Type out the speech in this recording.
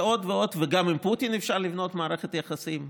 עוד ועוד, גם עם פוטין אפשר לבנות מערכת יחסים.